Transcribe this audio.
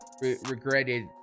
regretted